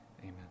Amen